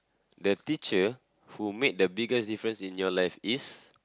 the teacher who make the biggest difference in your life is